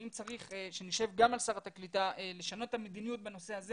ואם צריך שנשב גם עם שרת הקליטה כדי לשנות את המדיניות בנושא הזה